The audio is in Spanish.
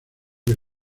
que